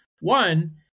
One